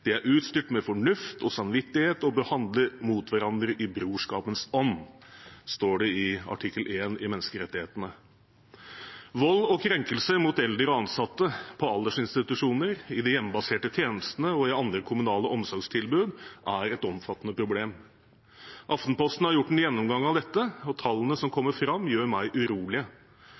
De er utstyrt med fornuft og samvittighet og bør handle mot hverandre i brorskapens ånd», står det i artikkel 1 i menneskerettighetene. Vold og krenkelser mot eldre og ansatte på aldersinstitusjoner, i de hjemmebaserte tjenestene og i andre kommunale omsorgstilbud er et omfattende problem. Aftenposten har tatt en gjennomgang av dette, og tallene som kommer fram, gjør meg